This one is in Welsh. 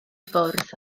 ffwrdd